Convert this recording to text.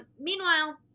Meanwhile